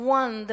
one